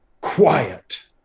quiet